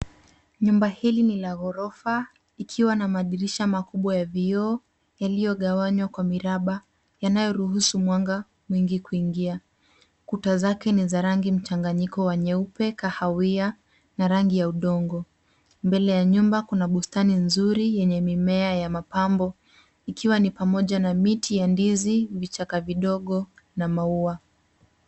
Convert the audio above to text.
Nyumba hili ni la ghorofa ikiwa na madirisha makubwa ya vioo yaliyogawanywa kwa miraba yanayoruhusu mwanga mwingi kuingia. Kuta zake ni za rangi mchanganyiko wa nyeupe, kahawia na rangi ya udongo. Mbele ya nyumba kuna bustani nzuri yenye mimea ya mapambo, ikiwa ni pamoja na miti ya ndizi, vichaka vidogo na maua.